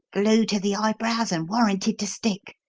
glue to the eyebrows and warranted to stick!